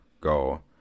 go